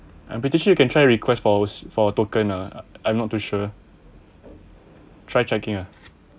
I'm pretty sure you can try request for for token ah I'm not too sure try checking ah